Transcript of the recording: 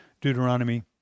Deuteronomy